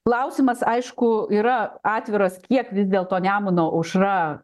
klausimas aišku yra atviras kiek vis dėlto nemuno aušra